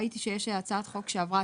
ראיתי שיש הצעת חוק שעברה,